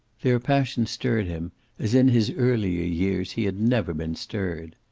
their passion stirred him as in his earlier years he had never been stirred.